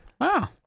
Wow